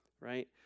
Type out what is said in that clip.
right